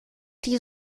die